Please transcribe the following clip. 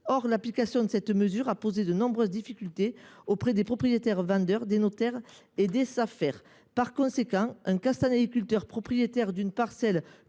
Or l’application de cette mesure a posé de nombreuses difficultés aux propriétaires vendeurs, aux notaires et aux Safer. Ainsi, un castanéiculteur, propriétaire d’une parcelle